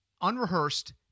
unrehearsed